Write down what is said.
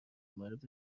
مورد